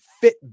fit